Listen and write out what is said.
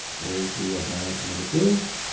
is we will have another div.